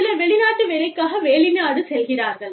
சிலர் வெளிநாட்டு வேலைக்காக வெளிநாடு செல்கிறார்கள்